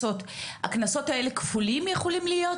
הקנסות האלה כפולים יכולים להיות?